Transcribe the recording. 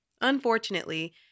Unfortunately